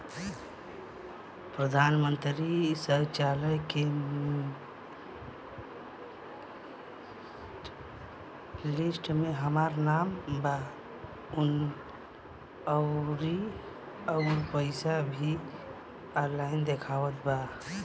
प्रधानमंत्री शौचालय के लिस्ट में हमार नाम बा अउर पैसा भी ऑनलाइन दिखावत बा